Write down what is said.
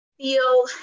feel